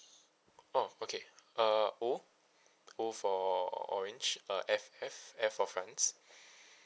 oh okay uh O O for orange uh F F F for friends